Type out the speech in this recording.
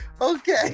okay